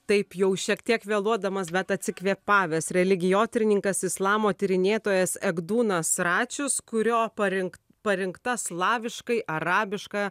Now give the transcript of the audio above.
taip jau šiek tiek vėluodamas bet atsikvėpaves religijotyrininkas islamo tyrinėtojas egdūnas račius kurio parink parinkta slaviškai arabiška